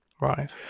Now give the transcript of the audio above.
Right